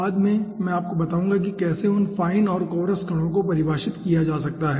बाद में मैं आपको बताऊंगा कि कैसे उन फाइन और कोरस कणो को परिभाषित किया जा सकता है